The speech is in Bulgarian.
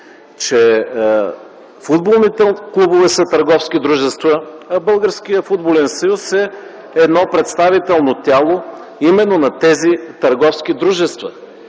че футболните клубове са търговски дружества, а Българският футболен съюз е едно представително тяло именно на тези търговски дружества.